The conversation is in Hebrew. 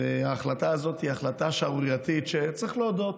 וההחלטה הזאת היא החלטה שערורייתית, שצריך להודות,